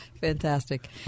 fantastic